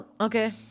okay